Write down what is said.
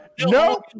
no